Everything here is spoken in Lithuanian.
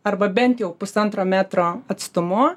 arba bent jau pusantro metro atstumu